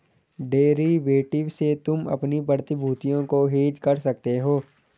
derivative से तुम अपनी प्रतिभूतियों को हेज कर सकते हो